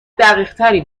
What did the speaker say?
دقیقتری